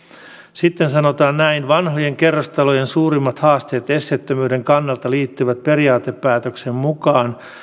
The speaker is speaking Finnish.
sitten sanotaan näin vanhojen kerrostalojen suurimmat haasteet esteettömyyden kannalta liittyvät periaatepäätöksen mukaan